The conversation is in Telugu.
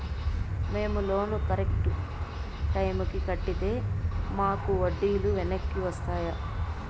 మేము లోను కరెక్టు టైముకి కట్టితే మాకు వడ్డీ లు వెనక్కి వస్తాయా?